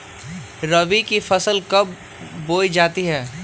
रबी की फसल कब बोई जाती है?